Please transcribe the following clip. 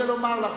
אני רוצה לומר לך,